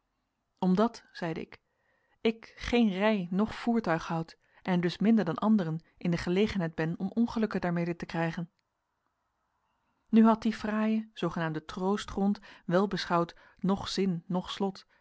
omdat zeide ik ik geen rij noch voertuig houd en dus minder dan anderen in de gelegenheid ben om ongelukken daarmede te krijgen nu had die fraaie zoogenaamde troostgrond wel beschouwd noch zin noch slot